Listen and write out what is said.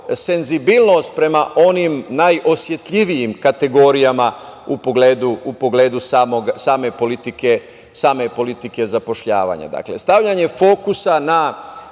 senzibilnost prema onim najosetljivijim kategorijama u pogledu same politike zapošljavanja. Dakle, stavljanje fokusa na